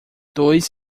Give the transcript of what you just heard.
dois